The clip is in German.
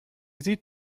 sieht